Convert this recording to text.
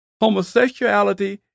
Homosexuality